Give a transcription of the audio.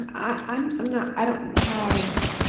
i um and i don't have